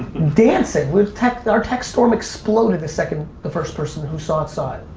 dancing we've text our text storm exploded a second the first person who saw outside